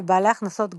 לבעלי הכנסות גבוהות,